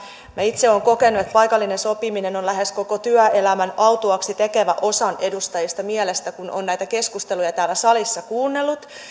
minä itse olen kokenut että paikallinen sopiminen on lähes koko työelämän autuaaksi tekevä osan edustajista mielestä kun on näitä keskusteluja täällä salissa kuunnellut